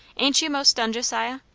ain't you most done, josiah?